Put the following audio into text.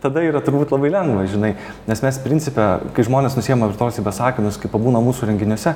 tada yra turbūt labai lengva žinai nes mes principe kai žmonės nusiema virtualios realybės akinius kai pabūna mūsų renginiuose